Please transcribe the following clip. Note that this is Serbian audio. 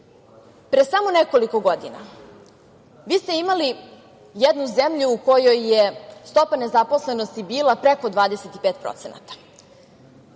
Pre samo nekoliko godina vi ste imali jednu zemlju u kojoj je stopa nezaposlenosti bila preko 25%, zemlju